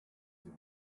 zoom